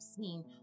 seen